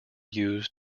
used